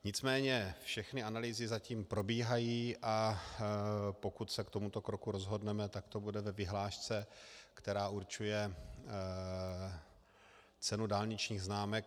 Nicméně všechny analýzy zatím probíhají, a pokud se k tomuto kroku rozhodneme, tak to bude ve vyhlášce, která určuje cenu dálničních známek.